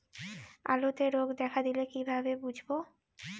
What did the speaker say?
আলুতে রোগ দেখা দিলে কিভাবে বুঝবো?